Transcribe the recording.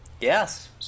Yes